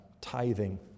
tithing